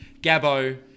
Gabo